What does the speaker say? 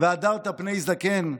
"והדרת פני זקן",